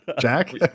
Jack